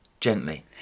gently